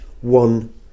one